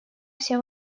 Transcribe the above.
все